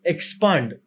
Expand